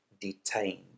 detained